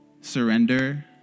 surrender